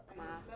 干嘛